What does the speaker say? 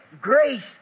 grace